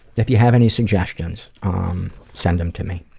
if you have any suggestions, ah um send them to me.